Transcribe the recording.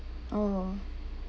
oh